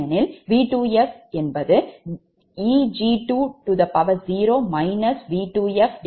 ஏனெனில் V2fவிஷயத்தில் Eg20 V2fj0